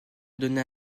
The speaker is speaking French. donner